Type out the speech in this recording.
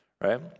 right